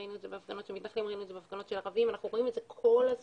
ראינו את זה בהפגנות של ערבים ואנחנו רואים את זה כל הזמן.